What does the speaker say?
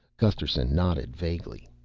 gusterson nodded vaguely,